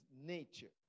nature